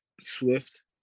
swift